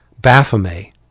Baphomet